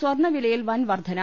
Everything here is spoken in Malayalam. സ്വർണവിലയിൽ വൻ വർധന